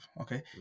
Okay